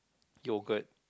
yogurt